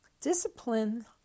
discipline